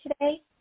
today